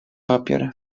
papier